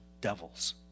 devils